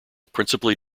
principally